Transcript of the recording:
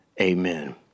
Amen